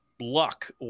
luck